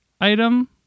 item